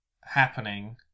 happening